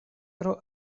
tro